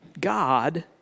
God